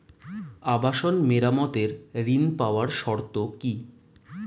আবাসন মেরামতের ঋণ পাওয়ার শর্ত কি?